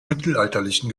mittelalterlichen